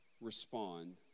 respond